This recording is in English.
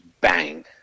bang